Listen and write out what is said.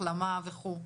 החלמה וכו',